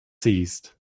seized